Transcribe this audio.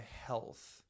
health